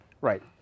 Right